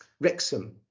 Wrexham